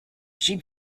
sheep